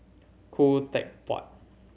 Khoo Teck Puat